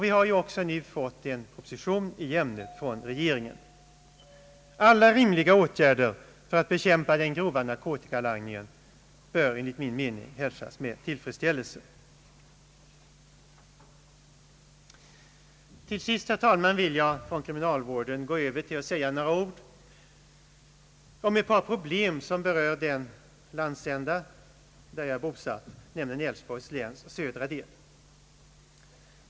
Vi har också nu fått en proposition i ämnet från regeringen. Alla rimliga åtgärder för att bekämpa den grova narkotikalangningen bör enligt min mening hälsas med tillfredsställelse. Till sist vill jag, herr talman, från kriminalvården gå över till att säga några ord om ett par problem som berör den landsända där jag är bosatt, nämligen Älvsborgs läns södra del.